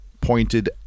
pointed